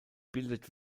bildet